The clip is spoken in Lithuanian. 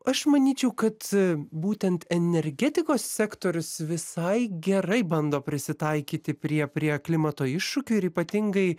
aš manyčiau kad būtent energetikos sektorius visai gerai bando prisitaikyti prie prie klimato iššūkių ir ypatingai